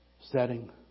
setting